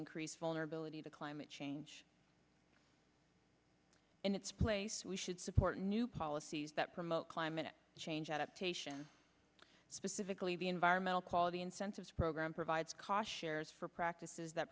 increase vulnerability the climate change in its place we should support new policies that promote climate change adaptation specifically the environmental quality incentives program provides ca shares for practices that